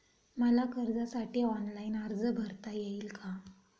मला कर्जासाठी ऑनलाइन अर्ज भरता येईल का?